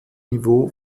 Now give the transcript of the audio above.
niveau